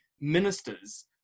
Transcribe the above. ministers